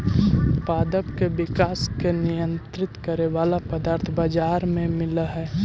पादप के विकास के नियंत्रित करे वाला पदार्थ बाजार में मिलऽ हई